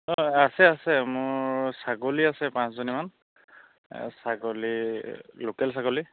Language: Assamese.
আছে আছে মোৰ ছাগলী আছে পাঁচজনীমান ছাগলী লোকেল ছাগলী